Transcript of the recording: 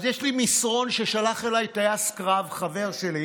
אז יש לי מסרון ששלח אליי טייס קרב, חבר שלי,